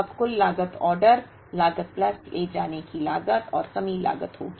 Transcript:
अब कुल लागत ऑर्डर लागत प्लस ले जाने की लागत और कमी लागत होगी